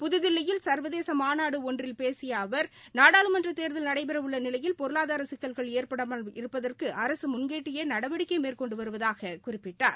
புதுதில்லியில் சர்வதேச மாநாடு ஒன்றில் பேசிய அவர் நாடாளுமன்ற தேர்தல் நடைபெறவுள்ள நிலையில் பொருளாதார சிக்கல்கள் ஏற்படாமல் இருப்பதற்கு அரசு முன்கூட்டியே நடவடிக்கை மேற்கொண்டு வருவதாக குறிப்பிட்டார்